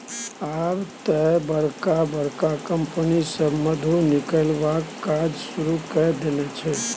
आब तए बड़का बड़का कंपनी सभ मधु निकलबाक काज शुरू कए देने छै